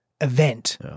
event